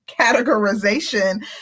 categorization